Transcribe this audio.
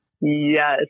Yes